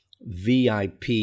vip